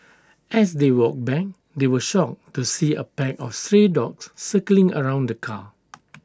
as they walked back they were shocked to see A pack of stray dogs circling around the car